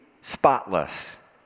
spotless